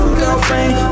girlfriend